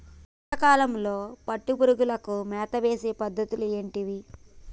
వర్షా కాలంలో పట్టు పురుగులకు మేత వేసే పద్ధతులు ఏంటివి?